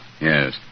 Yes